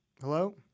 Hello